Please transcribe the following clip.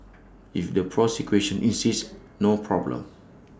if the prosecution insists no problem